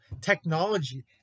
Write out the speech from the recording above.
technology